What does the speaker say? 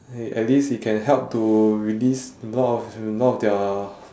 at at least it can help to release a lot of a lot of their